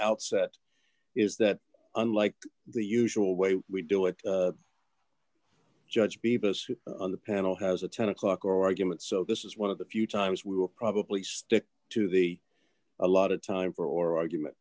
outset is that unlike the usual way we do it judge beavis on the panel has a ten o'clock or argument so this is one of the few times we will probably stick to the a lot of time for argument